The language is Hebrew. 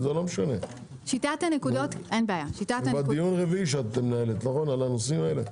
זה כבר דיון רביעי שאת מנהלת בנושאים האלה?